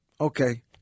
Okay